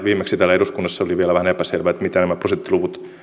viimeksi täällä eduskunnassa oli vielä vähän epäselvää mitä nämä prosenttiluvut